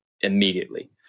immediately